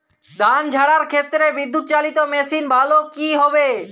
ধান ঝারার ক্ষেত্রে বিদুৎচালীত মেশিন ভালো কি হবে?